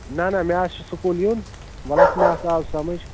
نہ نہ مےٚ حظ چھِ سکوٗل یُن وَل حظ مےٚ ہسا آو سمٕجھ